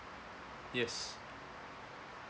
yes